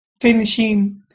finishing